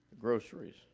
groceries